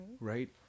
right